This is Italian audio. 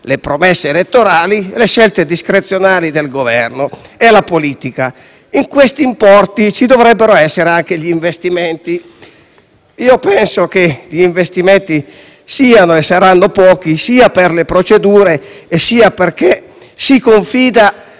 nelle promesse elettorali, nelle scelte discrezionali del Governo e nella politica). In questi importi dovrebbero rientrare anche gli investimenti, che temo siano e saranno pochi, sia per le procedure, sia perché si confida